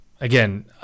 again